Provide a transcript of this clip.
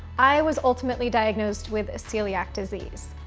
i was ultimately diagnosed with celiac disease.